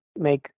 make